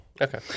Okay